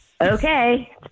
okay